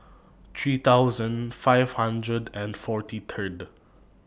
three thousand five hundred and forty Third